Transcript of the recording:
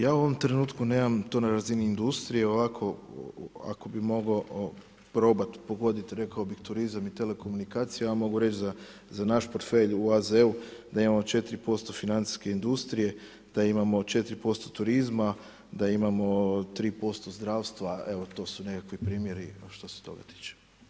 Ja u ovom trenutku nemam to na razini industrije, ovako ako bi mogao probat pogodit, rekao bih turizam i telekomunikacije, a mogu reći za naš portfelj u AZ-u da imamo 4% financijske industrije, da imamo 4% turizma, da imamo 3% zdravstva evo to su nekakvi primjeri što se toga tiče.